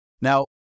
Now